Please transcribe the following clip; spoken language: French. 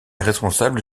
responsable